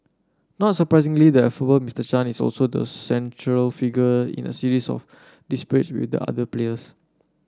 not surprisingly the affable Mister Chan is also the central figure in a series of disputes with the other players